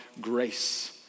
grace